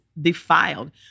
defiled